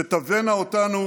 שתבאנה אותנו